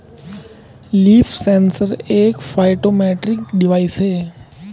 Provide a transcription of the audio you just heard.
leaf sensor एक phytometric device है